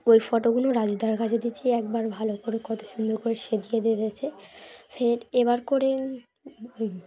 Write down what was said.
ওই ফটোগুলো রাজুদার কাছে দিচ্ছি একবার ভালো করে কত সুন্দর করে সেজিয়ে দিয়েছে ফের এবার করে ওই